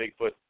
Bigfoot